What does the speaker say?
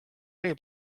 rail